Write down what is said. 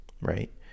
right